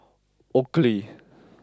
Oakley